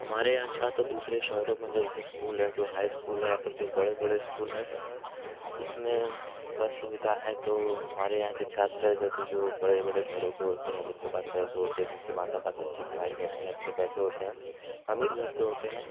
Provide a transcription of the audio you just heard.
हमारे यहाँ छात्र दूसरे शहरों में जैसे स्कूल जो हाई स्कूल है या फिर जो बड़े बड़े स्कूल है उसमें बस सुविधा है तो हमारे यहाँ के छात्र हैं जैसे जो बड़े बड़े घरों के होते हैं जिनके पास पैसे होते है जिनके माता पास अच्छी कमाई करते हैं अच्छे पैसे होते हैं अमीर घर के होते हैं